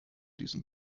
diesen